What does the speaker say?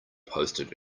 posted